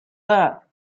that